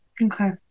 Okay